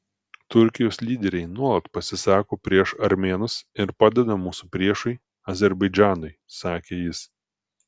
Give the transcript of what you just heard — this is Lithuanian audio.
turkijos lyderiai nuolat pasisako prieš armėnus ir padeda mūsų priešui azerbaidžanui sakė jis